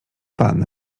pan